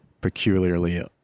peculiarly